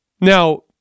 Now